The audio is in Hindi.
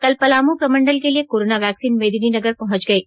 कल पलामू प्रमंडल के लिए कोरोना वैक्सीन मेदिनीनगर पहुंच गयी